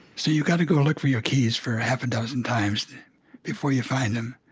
so you've got to go look for your keys for half a dozen times before you find them.